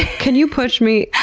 can you push me?